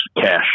cash